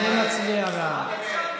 אני מצביע בעד.